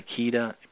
Akita